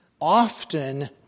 often